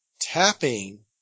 tapping